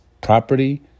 property